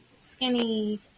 skinny